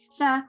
sa